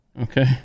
Okay